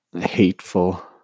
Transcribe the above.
hateful